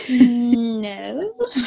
No